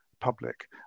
public